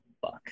fuck